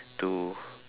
to